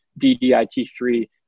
DDIT3